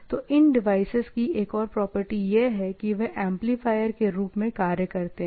तो इन डिवाइसेज की एक और प्रॉपर्टी यह है कि वे एक एम्पलीफायर के रूप में कार्य करते हैं